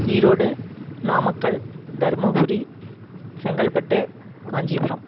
Erode Namakkal Dharmapuri Chengalpattu Kanchipuram